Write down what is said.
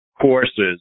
courses